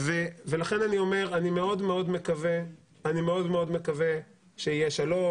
ולכן אני אומר אני מאוד מאוד מקווה שיהיה שלום